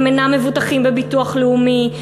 הם אינם מבוטחים בביטוח לאומי,